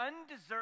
undeserved